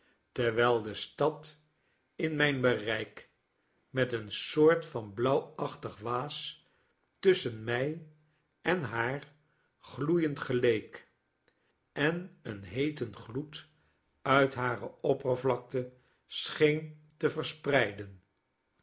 terwijl de stadinmijnbereik met een soort van blauwachtig waas tusschen my en haar gloeiend geleek en een heeten gloed uit hare oppervlakte scheen te verspreiden